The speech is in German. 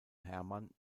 hermann